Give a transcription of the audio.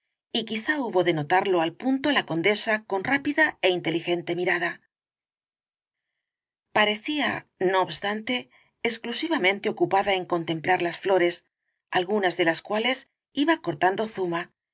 y quizá hubo de notarlo al punto la condesa con rápida é inteligente mirada parecía no obstante exclusivamente ocupada en contemplar las flores algunas de las cuales iba cortando zuma